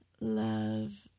love